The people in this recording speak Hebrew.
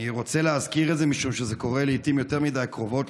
אני רוצה להזכיר את זה משום שזה קורה לעיתים יותר מדי קרובות,